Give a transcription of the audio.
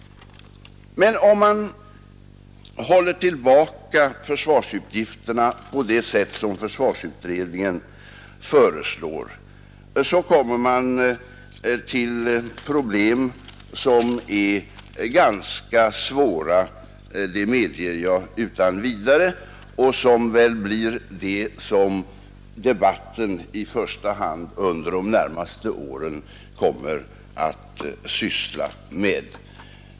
Men om man håller tillbaka försvarsutgifterna på det sätt som försvarsutredningen föreslår, uppstår problem som är ganska svåra — det medger jag utan vidare — och som väl blir det som debatten under de närmaste åren i första hand kommer att syssla med.